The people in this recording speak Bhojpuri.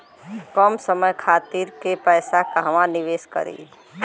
कम समय खातिर के पैसा कहवा निवेश करि?